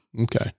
Okay